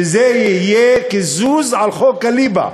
שזה יהיה קיזוז על חוק הליבה.